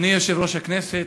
אדוני יושב-ראש הכנסת,